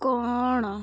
କ'ଣ